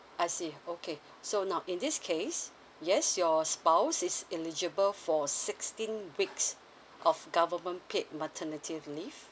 I see okay so now in this case yes your spouse is eligible for sixteen weeks of government paid maternity leave